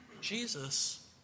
Jesus